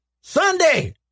Sunday